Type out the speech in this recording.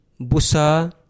busa